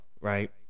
Right